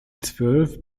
zwölf